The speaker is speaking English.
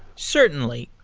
certainly,